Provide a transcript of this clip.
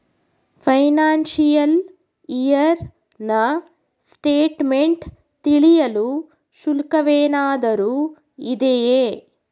Financial year ನ statement ತಿಳಿಯಲು ಶುಲ್ಕವೇನಾದರೂ ಇದೆಯೇ?